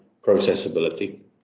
processability